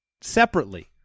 separately